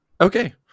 Okay